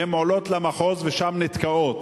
הן עולות למחוז ושם נתקעות.